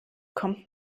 kommt